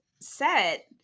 set